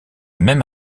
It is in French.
même